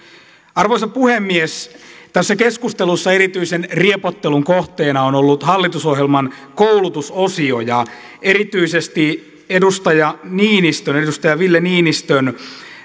arvoisa puhemies tässä keskustelussa erityisen riepottelun kohteena on ollut hallitusohjelman koulutusosio ja erityisesti edustaja niinistön edustaja ville niinistön